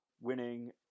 winning